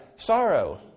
Sorrow